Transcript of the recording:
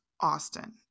Austin